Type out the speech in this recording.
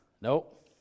Nope